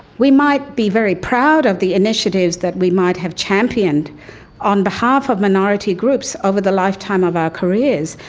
we might be very proud of the initiatives that we might have championed on behalf of minority groups over the lifetime of our careers.